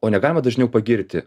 o negalima dažniau pagirti